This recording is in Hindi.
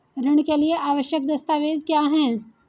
ऋण के लिए आवश्यक दस्तावेज क्या हैं?